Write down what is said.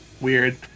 weird